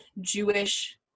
Jewish